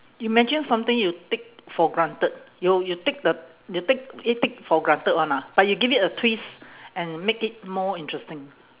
imagine something you take for granted you you take the you take it take for granted one ah but you give it a twist and make it more interesting